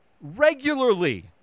Regularly